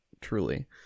truly